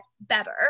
better